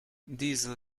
diesel